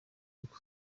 rugo